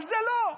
על זה לא.